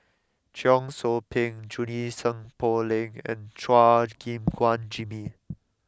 Cheong Soo Pieng Junie Sng Poh Leng and Chua Gim Guan Jimmy